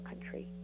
country